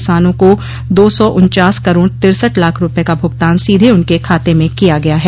किसानों को दो सौ उन्चास करोड़ तिरसठ लाख रूपये का भुगतान सीधे उनके खाते में किया गया है